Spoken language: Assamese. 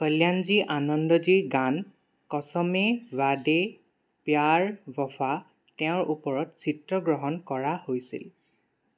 কল্যাণজী আনন্দজীৰ গান 'কচমে ৱাদে প্যাৰ ৱফা' তেওঁৰ ওপৰত চিত্ৰগ্ৰহণ কৰা হৈছিল